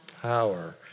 power